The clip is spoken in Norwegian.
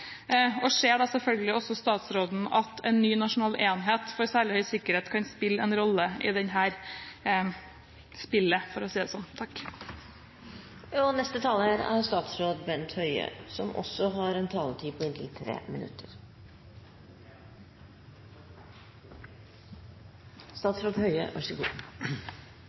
og om statsråden også ser at en ny nasjonal enhet for særlig høy sikkerhet kan spille en rolle i dette spillet – for å si det